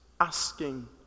asking